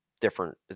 different –